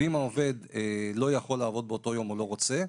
ואם העובד לא יכול לעבוד באותו יום או לא רוצה,